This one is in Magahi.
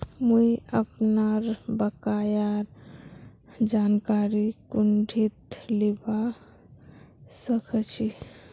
मुई अपनार बकायार जानकारी कुंठित लिबा सखछी